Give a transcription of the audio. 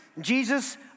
Jesus